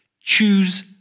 choose